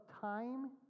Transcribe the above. time